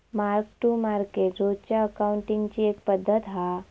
mark to market रोजच्या अकाउंटींगची एक पद्धत हा